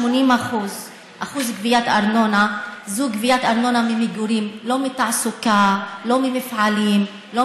אחוז הגבייה של הארנונה ביישובים הערביים הוא גבוה,